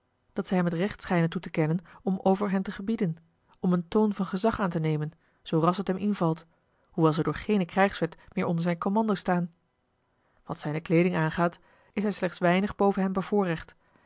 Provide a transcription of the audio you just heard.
dat zij hem het recht schijnen toe te kennen om over hen te gebieden om een toon van gezag aan te nemen zoo ras het hem invalt hoewel zij door geene krijgswet meer onder zijn commando staan wat zijne kleeding aangaat is hij slechts weinig boven hen